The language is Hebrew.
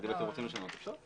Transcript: אבל אם אתם רוצים לשנות אפשר.